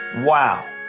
Wow